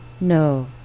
No